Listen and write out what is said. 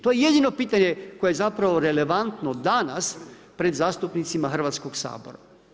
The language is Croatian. To je jedino pitanje koje je zapravo relevantno danas pred zastupnicima Hrvatskog sabora.